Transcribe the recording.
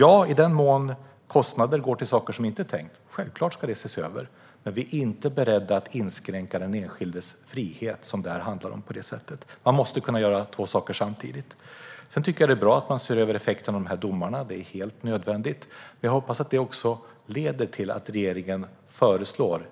Ja, i den mån kostnader går till sådant som de inte är tänkta för ska det självklart ses över. Men vi är inte beredda att inskränka den enskildes frihet, som det här handlar om. Man måste kunna göra två saker samtidigt. Det är bra att man ser över effekten av domarna; det är helt nödvändigt. Jag hoppas att det också leder till att regeringen föreslår